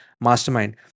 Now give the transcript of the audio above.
mastermind